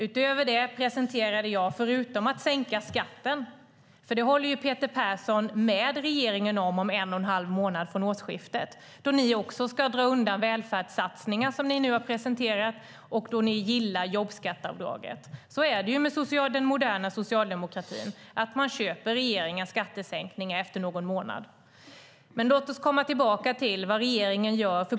Utöver det presenterade jag sänkta skatter, och där kommer ju Peter Persson att hålla med regeringen om en och en halv månad från årsskiftet, då ni ska dra undan välfärdssatsningar som ni nu har presenterat och då ni gillar jobbskatteavdraget. Så är det med den moderna socialdemokratin, att man köper regeringens skattesänkningar efter någon månad. Låt oss komma tillbaka till vad regeringen gör.